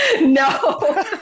no